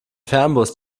fernbus